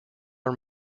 are